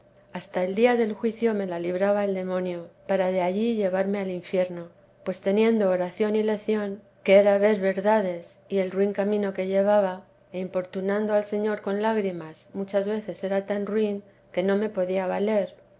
hasta el día del juicio me la libraba el demonio para de allí llevarme al infierno pues teniendo oración y lección teresa de que era ver verdades y el ruin camino que llevaba e importunando al señor con lágrimas muchas veces era tan ruin que no me podía valer